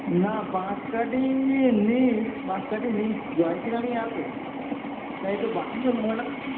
না বাঁশকাটি নেই নেই বাঁশকাটি নেই জয় শ্রী রামই আছে তা একটু